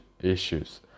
issues